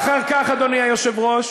אצלכם השתנה לרעה.